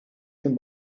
zum